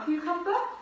Cucumber